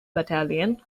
battalion